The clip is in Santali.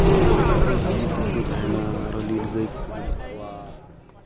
ᱱᱚᱜᱼᱚᱸᱭ ᱡᱤᱞ ᱠᱚᱠᱚ ᱛᱟᱦᱮᱱᱟ ᱟᱨᱚ ᱞᱤᱞ ᱜᱟᱹᱭ ᱠᱚ ᱢᱮᱱᱟᱜ ᱠᱚᱣᱟ